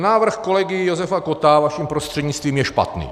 Návrh kolegy Josefa Kotta, vaším prostřednictvím, je špatný.